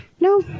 No